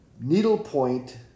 needlepoint